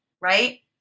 right